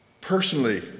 personally